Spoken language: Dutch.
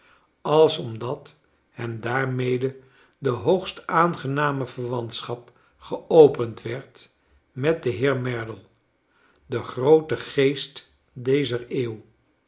als omdat hem daarmede de hoogst aangename verwantschap geopend werd met den heer merdle den grooten geest dezer eeuw